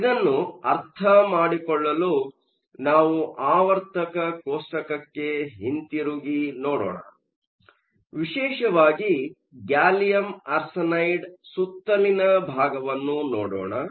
ಇದನ್ನು ಅರ್ಥಮಾಡಿಕೊಳ್ಳಲು ನಾವು ಆವರ್ತಕ ಕೋಷ್ಟಕಕ್ಕೆ ಹಿಂತಿರುಗಿ ನೋಡೋಣ ವಿಶೇಷವಾಗಿ ಗ್ಯಾಲಿಯಂ ಆರ್ಸೆನೈಡ್ ಸುತ್ತಲಿನ ಭಾಗವನ್ನು ನೋಡೊಣ